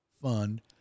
fund